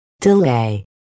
Delay